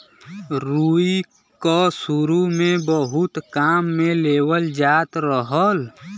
रुई क सुरु में बहुत काम में लेवल जात रहल